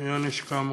זה היה נשק ההמון.